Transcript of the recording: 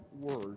word